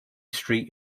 street